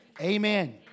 Amen